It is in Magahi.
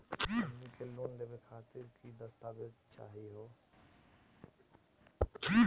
हमनी के लोन लेवे खातीर की की दस्तावेज चाहीयो हो?